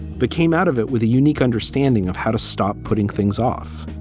became out of it with a unique understanding of how to stop putting things off.